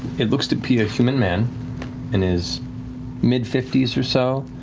it looks to be a human man in his mid fifty s or so,